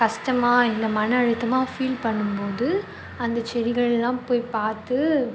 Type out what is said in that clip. கஷ்டமாக இல்லை மன அழுத்தமாக ஃபீல் பண்ணும்போது அந்த செடிகளெலாம் போய் பார்த்து